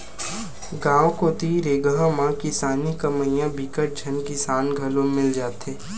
गाँव कोती रेगहा म किसानी कमइया बिकट झन किसान घलो मिल जाथे